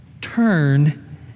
turn